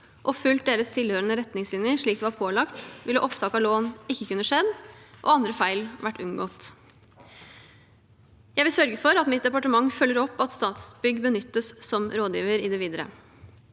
og fulgt deres tilhørende retningslinjer, slik de var pålagt, ville opptak av lån ikke kunne skjedd og andre feil vært unngått. Jeg vil sørge for at mitt departement følger opp at Statsbygg benyttes som rådgiver i det videre.